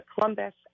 Columbus